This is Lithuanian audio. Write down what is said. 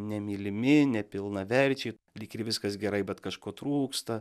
nemylimi nepilnaverčiai lyg ir viskas gerai bet kažko trūksta